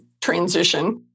transition